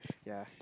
ya